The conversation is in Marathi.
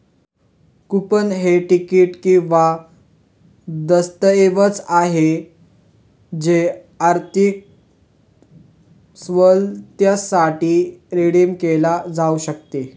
कूपन हे तिकीट किंवा दस्तऐवज आहे जे आर्थिक सवलतीसाठी रिडीम केले जाऊ शकते